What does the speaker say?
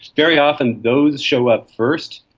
very often those show up first,